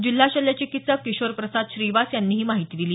जिल्हा शल्यचिकित्सक किशोरप्रसाद श्रीवास यांनी ही माहिती दिली